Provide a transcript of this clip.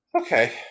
Okay